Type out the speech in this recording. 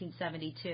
1972